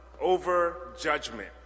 over-judgment